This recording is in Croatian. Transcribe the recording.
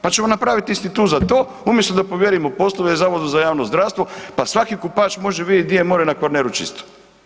Pa ćemo napraviti institut za to, umjesto da povjerimo poslove Zavodu za javno zdravstvo pa svaki kupač može vidjeti gdje je more na Kvarneru čisto.